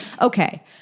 Okay